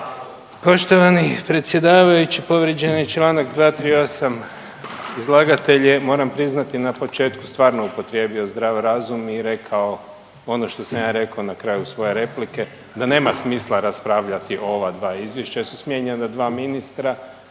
Poštovani predsjedavajući povrijeđen je Članak 238. Izlagatelj je moram priznati na početku stvarno upotrijebio zdrav razum i rekao ono što sam ja rekao na kraju svoje replike da nema smisla raspravljati o ova dva izvješća